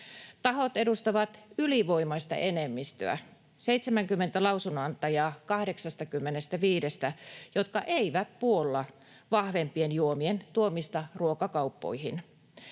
Tahot edustavat ylivoimaista enemmistöä — 70 lausunnonantajaa 85:stä, jotka eivät puolla vahvempien juomien tuomista ruokakauppoihin.